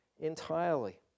entirely